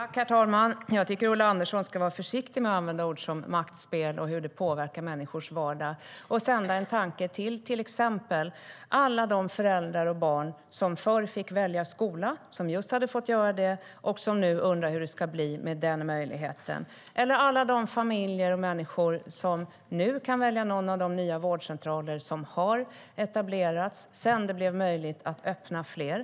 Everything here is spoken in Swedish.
Herr talman! Jag tycker att Ulla Andersson ska vara försiktig med att använda ord som maktspel och hur det påverkar människors vardag och sända en tanke till exempel till alla de föräldrar och barn som förr fick välja skola, som just hade fått göra det, och nu undrar hur det ska bli med den möjligheten, eller alla de familjer och människor som nu kan välja några av de nya vårdcentraler som har etablerats sedan det blev möjligt att öppna fler.